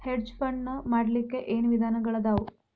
Hedge fund ನ ಮಾಡ್ಲಿಕ್ಕೆ ಏನ್ ವಿಧಾನಗಳದಾವು?